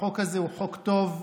החוק הזה הוא חוק טוב.